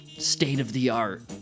state-of-the-art